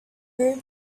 her